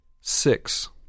Six